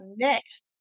next